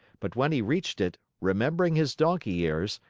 but when he reached it, remembering his donkey ears,